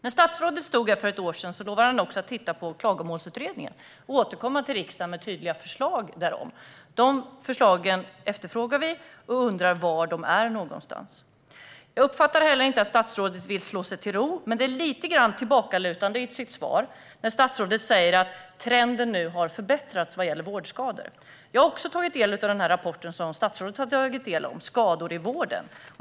När statsrådet stod här för ett år sedan lovade han också att titta på Klagomålsutredningen och återkomma till riksdagen med tydliga förslag därom. De förslagen efterfrågar vi. Vi undrar var de är. Jag uppfattar inte att statsrådet vill slå sig till ro, men han är lite tillbakalutad i sitt svar när han säger att trenden vad gäller vårdskador har förbättrats. Jag har tagit del av samma rapport som statsrådet har tagit del av, Skador i vården .